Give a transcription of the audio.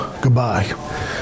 Goodbye